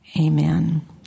Amen